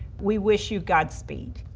we wish you godspeed.